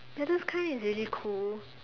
like those kind is really cool